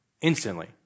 Instantly